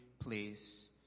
place